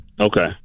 Okay